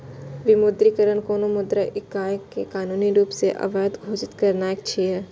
विमुद्रीकरण कोनो मुद्रा इकाइ कें कानूनी रूप सं अवैध घोषित करनाय छियै